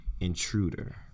Intruder